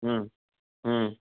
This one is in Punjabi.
ਹਮ